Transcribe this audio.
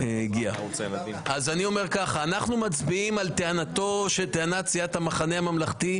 אנחנו מצביעים על טענת סיעת המחנה הממלכתי.